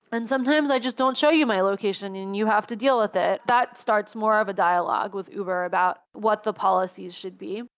and sometimes i just don't show you my location and you have to deal with it. that starts more of a dialogue with uber about what the policies should be.